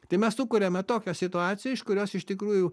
tai mes sukuriame tokią situaciją iš kurios iš tikrųjų